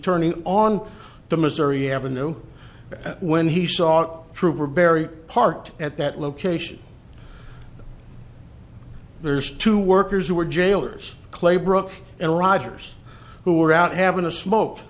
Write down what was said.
turning on the missouri avenue when he saw trooper barry parked at that location there's two workers who were jailers claybrook and rogers who were out having a smoke